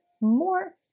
more